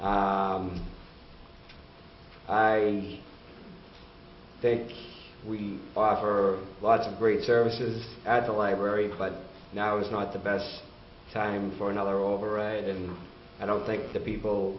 i think we offer lots of great services at the library but now is not the best time for another override and i don't think the people